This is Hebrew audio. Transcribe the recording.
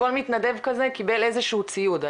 כל מתנדב כזה קיבל איזשהו ציוד,